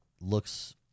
looks